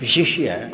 विशिष्य